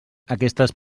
aquestes